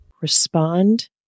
Respond